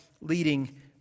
leading